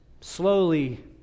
slowly